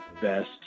best